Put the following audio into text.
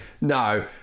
No